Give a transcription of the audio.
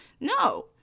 No